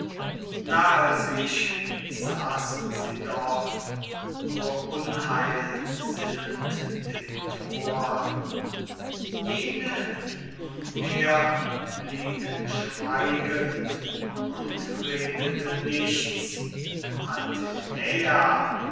nahe sich saßen sie dort nur unheil sinnend den troern jene nunmehr blieb schweigend und redete nichts